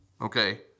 okay